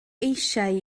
eisiau